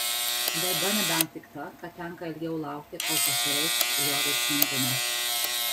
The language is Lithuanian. bėda nebent tik ta kad tenka ilgiau laukti kol pasireikš jo veiksmingumas